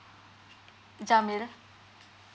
jamil